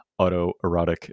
autoerotic